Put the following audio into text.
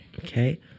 Okay